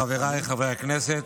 חבריי חברי הכנסת,